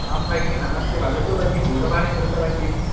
आं भगिनी नमस्ते वदतु भगिनी दूरवाणी कृतवती इति